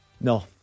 No